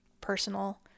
personal